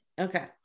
Okay